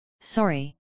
sorry